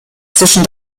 zwischen